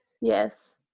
Yes